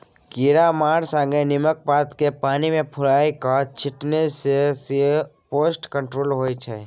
कीरामारा संगे नीमक पात केँ पानि मे फुलाए कए छीटने सँ सेहो पेस्ट कंट्रोल होइ छै